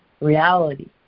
reality